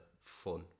fun